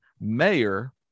Mayor